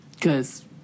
Cause